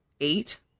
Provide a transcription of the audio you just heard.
eight